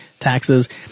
taxes